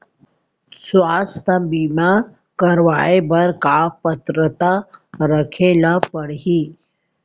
स्वास्थ्य बीमा करवाय बर का पात्रता रखे ल परही?